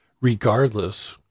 regardless